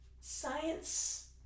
science